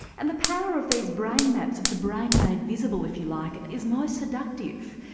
and the power of these brain maps, of the brain made visible, if you like, is most seductive.